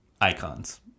icons